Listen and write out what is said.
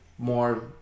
More